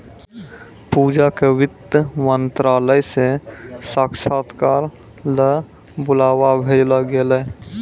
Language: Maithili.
पूजा क वित्त मंत्रालय स साक्षात्कार ल बुलावा भेजलो गेलै